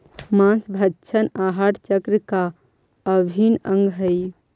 माँसभक्षण आहार चक्र का अभिन्न अंग हई